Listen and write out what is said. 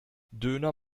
döner